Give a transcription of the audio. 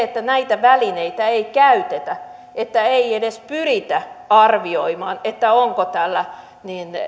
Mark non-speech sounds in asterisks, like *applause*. *unintelligible* että näitä välineitä ei käytetä että ei edes pyritä arvioimaan onko tällä